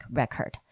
record